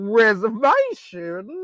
reservation